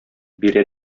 бирә